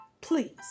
Please